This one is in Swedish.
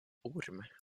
orm